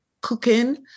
cooking